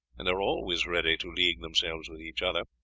and are always ready to league themselves with each other,